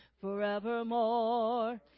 Forevermore